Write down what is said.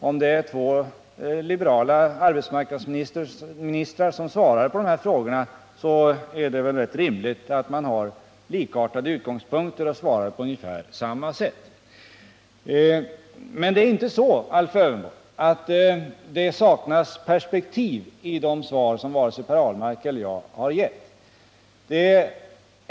Om det är två liberala arbetsmarknadsministrar som svarar på de här frågorna, är det väl rätt rimligt att de har ganska likartade utgångspunkter och svarar på ungefär samma sätt. Det saknas inte, herr Lövenborg, perspektiv i de svar som Per Ahlmark och jag har gett.